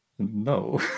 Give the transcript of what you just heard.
No